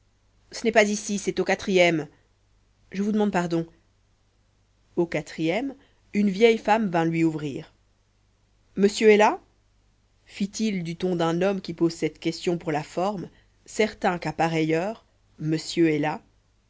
ce n'est pas ici c'est au quatrième je vous demande pardon au quatrième une vieille femme vint lui ouvrir monsieur est là fit-il du ton d'un homme qui pose cette question pour la forme certain qu'à pareille heure monsieur est là